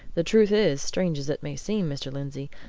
the truth is, strange as it may seem, mr. lindsey,